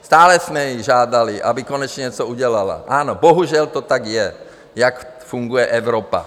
Stále jsme ji žádali, aby konečně něco udělala ano, bohužel to tak je, tak funguje Evropa.